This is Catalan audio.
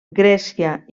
grècia